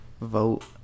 vote